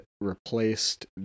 replaced